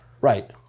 Right